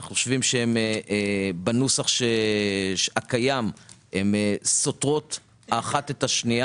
אנחנו חושבים שבנוסח הקיים הם סותרים האחד את השני.